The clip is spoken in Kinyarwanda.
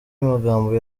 magambo